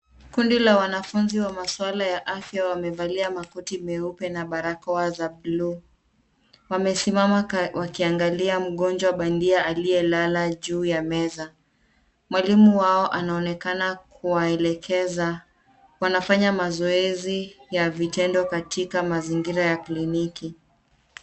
Kundi la wanafunzi wa maswala ya afya wamevalia makoti meupe na barakoa za bluu. Wamesimama wakiangalia mgonjwa bandia aliyelala juu ya meza. Mwalimu wao anaonekana kuwaelekeza. Wanafanya mazoezi ya vitendo katika mazingira ya kliniki.